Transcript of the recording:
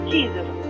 Jesus